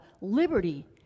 liberty